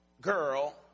girl